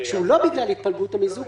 שהוא לא בגלל התפלגות או מיזוג,